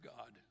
God